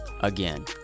again